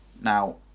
Now